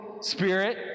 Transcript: spirit